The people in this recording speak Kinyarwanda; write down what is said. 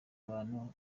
abantu